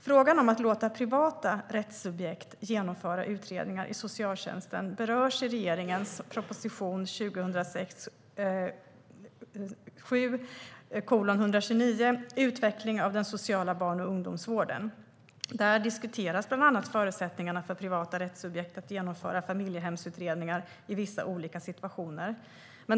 Frågan om att låta privata rättssubjekt genomföra utredningar i socialtjänsten berörs i regeringens proposition 2006/07:129 Utveckling av den sociala barn och ungdomsvården m.m. . Där diskuteras bland annat förutsättningarna för privata rättssubjekt att genomföra familjehemsutredningar i vissa olika situationer.